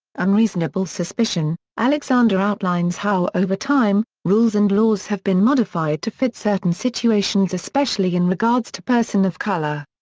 unreasonable suspicion alexander outlines how over time, rules and laws have been modified to fit certain situations especially in regards to person of color.